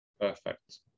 Perfect